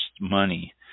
money